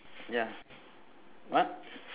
ya what